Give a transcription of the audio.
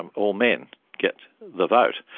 and all men get the vote.